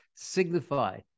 Signify